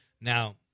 Now